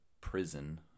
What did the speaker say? prison